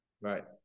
right